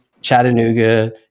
chattanooga